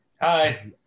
Hi